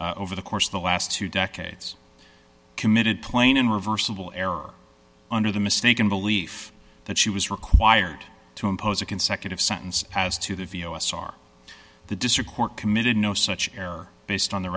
over the course of the last two decades committed plain and reversible error under the mistaken belief that she was required to impose a consecutive sentence as to the v o s r the district court committed no such error based on the